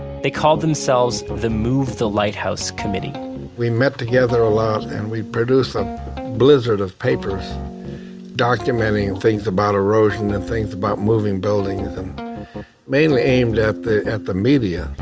they called themselves the move the lighthouse committee we met together a lot and we produced a blizzard of papers documenting things about erosion and things about moving buildings and mainly aimed at the at the media.